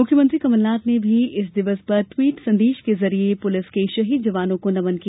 मुख्यमंत्री कमलनाथ ने भी पुलिस स्मृति दिवस पर ट्वीट संदेश के जरिए पुलिस के शहीद जवानों को नमन किया